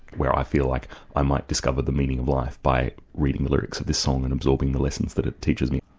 i feel like i might discover the meaning of life by reading the lyrics of the song and absorbing the lessons that it teaches me.